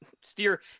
steer